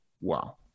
wow